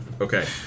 Okay